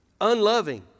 Unloving